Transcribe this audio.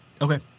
okay